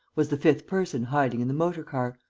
was the fifth person hiding in the motor-car.